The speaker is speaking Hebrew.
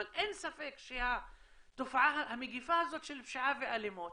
אבל אין ספק שהתופעה המקיפה הזו של פשיעה ואלימות